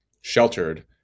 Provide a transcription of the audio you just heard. sheltered